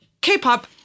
K-pop